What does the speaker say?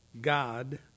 God